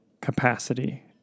capacity